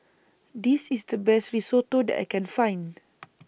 This IS The Best Risotto that I Can Find